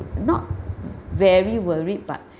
not v~ very worried but